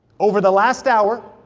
over the last hour,